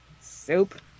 Soup